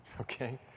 okay